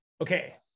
Okay